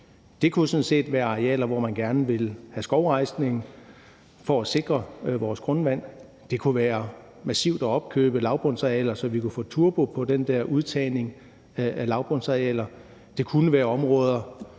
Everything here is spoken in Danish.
set være arealer, hvor man gerne vil have skovrejsning for at sikre vores grundvand, det kunne være massivt at opkøbe lavbundsarealer, så vi kunne få sat turbo på den der udtagning af lavbundsarealer, og det kunne være områder,